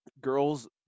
girls